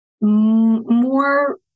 more